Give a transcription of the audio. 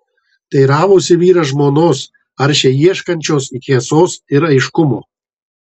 teiravosi vyras žmonos aršiai ieškančios tiesos ir aiškumo